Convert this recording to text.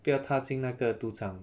不要踏进那个赌场